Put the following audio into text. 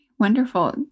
Wonderful